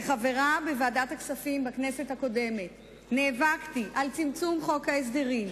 כחברה בוועדת הכספים בכנסת הקודמת נאבקתי על צמצום חוק ההסדרים,